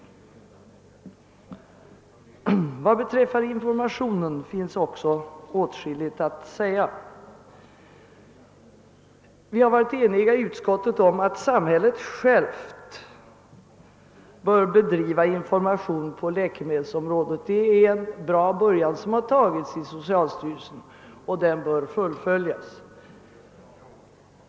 Vad informationen beträffar finns det också åtskilligt att säga. Vi har i utskottet varit eniga om att samhället självt bör bedriva information på läkemedelsområdet, och det är en bra början som där gjorts av socialstyrelsen. Den verksamheten bör fullföljas.